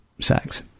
sex